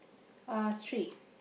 uh three